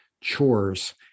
chores